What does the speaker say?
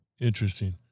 Interesting